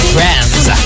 Friends